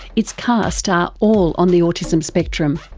its cast are all on the autism spectrum.